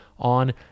on